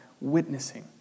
witnessing